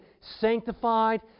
sanctified